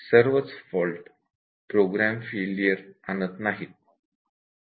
सर्वच fault program failure घडवत नाहीत